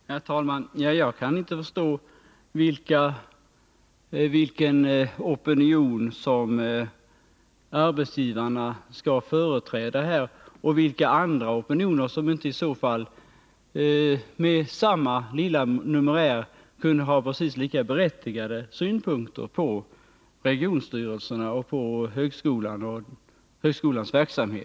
Herr talman! Jag kan inte förstå vilken opinion som arbetsgivarna skall företräda och vilka andra opinioner som i så fall, med samma lilla numerär, inte kunde ha precis lika berättigade synpunkter på regionstyrelserna och på högskolan och dess verksamhet.